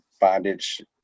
bondage